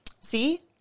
See